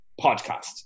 podcast